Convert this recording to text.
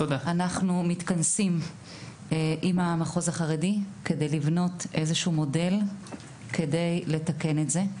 אנחנו מתכנסים עם המחוז החרדי כדי לבנות איזשהו מודל כדי לתקן את זה.